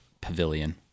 pavilion